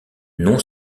non